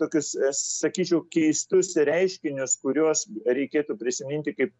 tokius sakyčiau keistus reiškinius kuriuos reikėtų prisiminti kaip